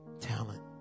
talent